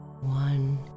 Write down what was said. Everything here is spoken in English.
one